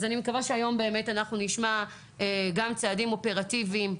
אני מקווה שהיום אנחנו נשמע גם צעדים אופרטיביים,